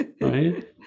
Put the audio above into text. Right